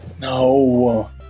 No